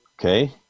okay